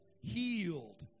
healed